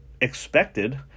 expected